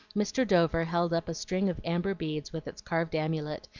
mr. dover held up a string of amber beads with its carved amulet,